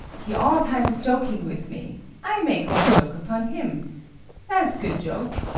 he all times joking with me i make one joke upon him s good joke.